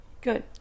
Good